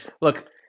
look